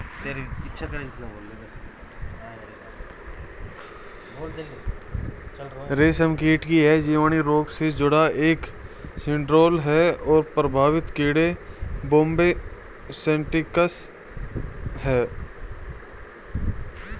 रेशमकीट यह जीवाणु रोग से जुड़ा एक सिंड्रोम है और प्रभावित कीड़े बॉम्बे सेप्टिकस है